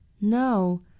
No